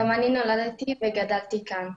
גם אני נולדתי וגדלתי כאן,